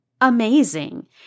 amazing